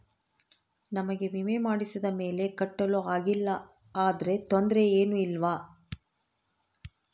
ನಮಗೆ ವಿಮೆ ಮಾಡಿಸಿದ ಮೇಲೆ ಕಟ್ಟಲು ಆಗಿಲ್ಲ ಆದರೆ ತೊಂದರೆ ಏನು ಇಲ್ಲವಾ?